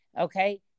Okay